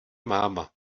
máma